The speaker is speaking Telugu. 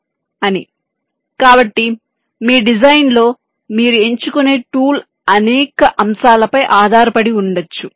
" అని కాబట్టి మీ డిజైన్లో మీరు ఎంచుకునే టూల్ అనేక అంశాలపై ఆధారపడి ఉండవచ్చు